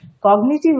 cognitive